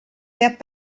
get